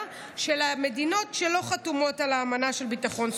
מן המדינות שלא חתומות על האמנה של ביטחון סוציאלי.